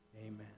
amen